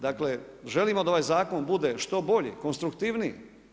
Dakle, želim da ovaj zakon bude što bolji, konstruktivniji.